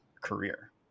career